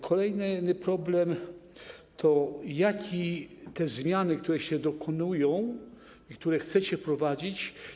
Kolejny problem to zmiany, które się dokonują i które chcecie wprowadzić.